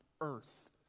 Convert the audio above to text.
earth